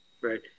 Right